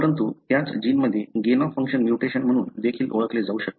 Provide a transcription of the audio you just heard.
परंतु त्याच जीनमध्ये गेन ऑफ फंक्शन म्युटेशन म्हणून देखील ओळखले जाऊ शकते